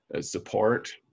support